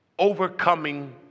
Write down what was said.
Overcoming